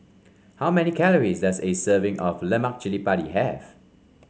how many calories does a serving of Lemak Cili Padi have